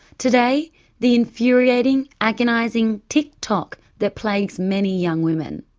today the infuriating, agonising tick-tock that plagues many young women.